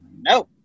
No